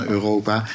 Europa